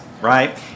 right